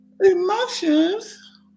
emotions